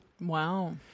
Wow